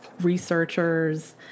researchers